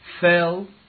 fell